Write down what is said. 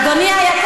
אדוני.